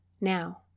Now